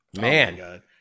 man